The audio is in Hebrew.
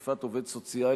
תקיפת עובד סוציאלי),